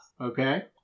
Okay